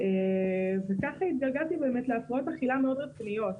וכך התגלגלתי להפרעות אכילה מאוד רציניות.